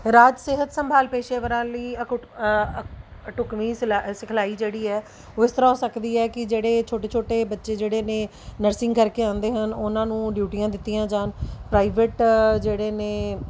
ਰਾਜ ਸਿਹਤ ਸੰਭਾਲ ਪੇਸ਼ੇਵਰਾਂ ਲਈ ਅਕੁਟ ਢੁਕਵੀਂ ਸਿਲਾ ਸਿਖਲਾਈ ਜਿਹੜੀ ਹੈ ਉਹ ਇਸ ਤਰ੍ਹਾਂ ਹੋ ਸਕਦੀ ਹੈ ਕਿ ਜਿਹੜੇ ਛੋਟੇ ਛੋਟੇ ਬੱਚੇ ਜਿਹੜੇ ਨੇ ਨਰਸਿੰਗ ਕਰਕੇ ਆਉਂਦੇ ਹਨ ਉਹਨਾਂ ਨੂੰ ਡਿਊਟੀਆਂ ਦਿੱਤੀਆਂ ਜਾਣ ਪ੍ਰਾਈਵੇਟ ਜਿਹੜੇ ਨੇ